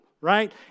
right